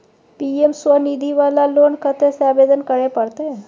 PM Svanidhi वाला loan कत्ते से आवेदन करे परतै?